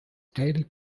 daily